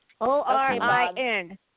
O-R-I-N